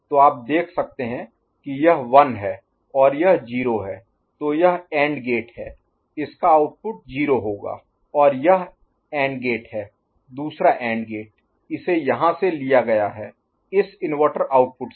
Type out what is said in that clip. तो आप देख सकते हैं कि यह 1 है और यह 0 है तो यह एंड गेट है इसका आउटपुट 0 होगा और यह एंड गेट है दूसरा एंड गेट इसे यहाँ से लिया गया है इस इन्वर्टर आउटपुट से